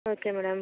okay madam